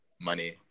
money